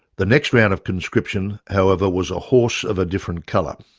the next round of conscription however was a horse of a different colour!